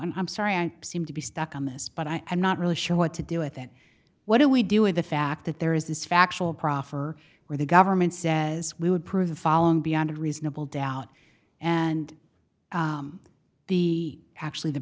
and i'm sorry i seem to be stuck on this but i am not really sure what to do with it what do we do with the fact that there is this factual proffer where the government says we would prove the following beyond a reasonable doubt and the actually the